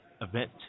event